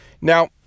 Now